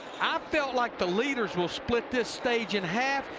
felt like the leaders will split this stage in half,